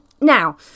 Now